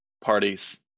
Parties